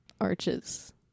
arches